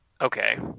okay